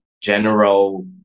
general